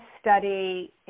study